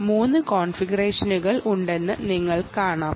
ഇതിൽ മൂന്ന് കോൺഫിഗറേഷനുകൾ ഉണ്ടെന്ന് നിങ്ങൾക്ക് കാണാം